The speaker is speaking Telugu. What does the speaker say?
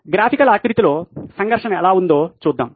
గ్రాఫికల్ ఆకృతిలో సంఘర్షణ ఎలా ఉందో చూద్దాం